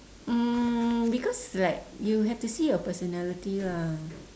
um because like you have to see your personality lah